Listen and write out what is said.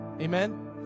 Amen